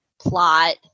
Plot